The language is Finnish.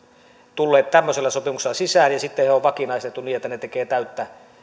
tullut tällaisella sopimuksella sisään ja sitten nämä on vakinaistettu niin että he tekevät täyttä